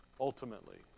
ultimately